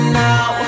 now